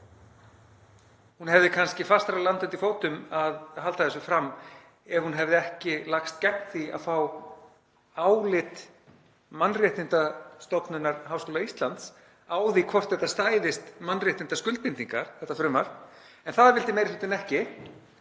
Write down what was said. Hún hefði kannski fastara land undir fótum til að halda þessu fram ef hún hefði ekki lagst gegn því að fá álit Mannréttindastofnunar Háskóla Íslands á því hvort þetta frumvarp stæðist mannréttindaskuldbindingar. En það vildi meiri hlutinn ekki